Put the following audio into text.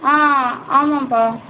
ஆ ஆமாப்பா